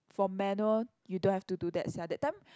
for manual you don't have to do that sia that time